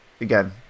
again